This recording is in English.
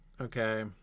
Okay